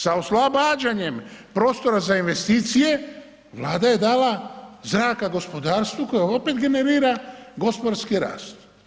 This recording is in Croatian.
Sa oslobađanjem prostora za investicije Vlada je dala zraka gospodarstvu koje opet generira gospodarski rast.